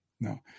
No